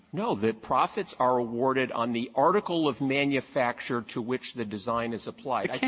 no. the profits are awarded on the article of manufacture to which the design is applied.